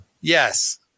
Yes